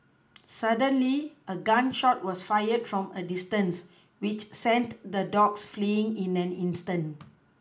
suddenly a gun shot was fired from a distance which sent the dogs fleeing in an instant